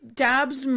dabs